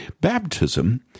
baptism